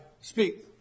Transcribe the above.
speak